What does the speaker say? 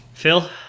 Phil